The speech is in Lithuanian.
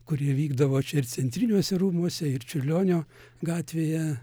kurie vykdavo čia ir centriniuose rūmuose ir čiurlionio gatvėje